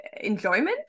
enjoyment